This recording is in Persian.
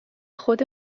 خود